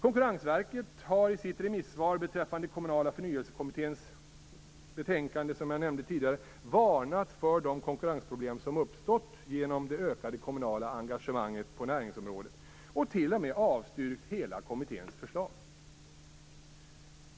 Konkurrensverket har i sitt remissvar beträffande Kommunala förnyelsekommitténs tidigare nämnda betänkande varnat för de konkurrensproblem som uppstått genom det ökade kommunala engagemanget på näringsområdet och t.o.m. avstyrkt hela kommitténs förslag.